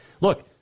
Look